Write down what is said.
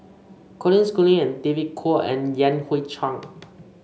Colin Schooling and David Kwo and Yan Hui Chang